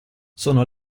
sono